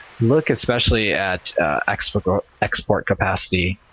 look especially at export export capacity.